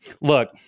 look